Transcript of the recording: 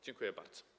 Dziękuję bardzo.